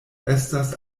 estas